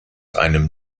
einem